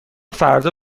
فردا